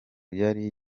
yari